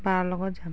বাৰ লগত যাম